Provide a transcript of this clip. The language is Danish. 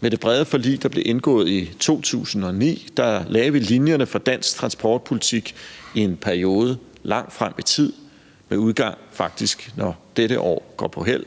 Med det brede forlig, der blev indgået i 2009, lagde vi linjerne for dansk transportpolitik i en periode langt frem i tid, faktisk indtil dette år går på hæld.